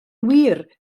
wir